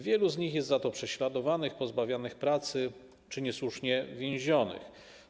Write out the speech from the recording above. Wielu z nich jest za to prześladowanych, pozbawionych pracy czy niesłusznie więzionych.